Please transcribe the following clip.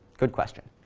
good question.